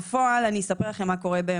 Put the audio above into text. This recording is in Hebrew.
מה זה אומר?